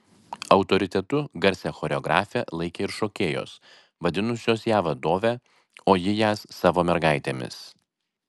autoritetu garsią choreografę laikė ir šokėjos vadinusios ją vadove o ji jas savo mergaitėmis